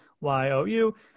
y-o-u